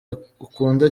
ukunda